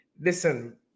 listen